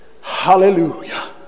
hallelujah